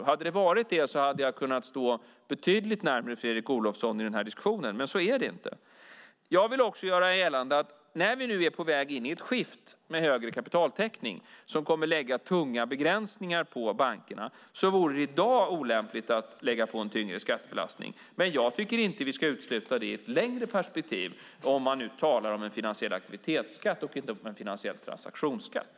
Hade det varit det hade jag kunnat stå betydligt närmare Fredrik Olovsson i den här diskussionen, men så är det inte. Jag vill göra gällande att när vi nu är på väg in i ett skift med högre kapitaltäckning som kommer att lägga tunga begränsningar på bankerna vore det olämpligt att i dag lägga på en tyngre skattebelastning. Men jag tycker inte att vi ska utesluta det i ett längre perspektiv, om man nu talar om en finansiell aktivitetsskatt och inte om en finansiell transaktionsskatt.